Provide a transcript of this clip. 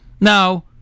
Now